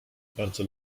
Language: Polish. bardzo